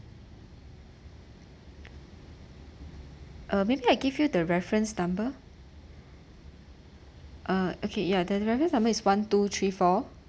uh maybe I give you the reference number uh okay ya the reference number is one two three four